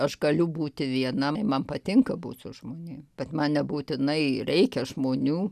aš galiu būti viena man patinka būt su žmonėm bet man nebūtinai reikia žmonių